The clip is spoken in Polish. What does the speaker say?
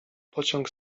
pociąg